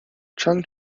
chung